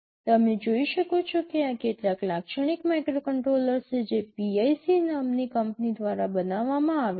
તમે જોઈ શકો છો કે આ કેટલાક લાક્ષણિક માઇક્રોકન્ટ્રોલર્સ છે જે PIC નામની કંપની દ્વારા બનાવવામાં આવે છે